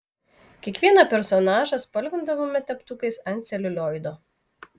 kiekvieną personažą spalvindavome teptukais ant celiulioido